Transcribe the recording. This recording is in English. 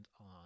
on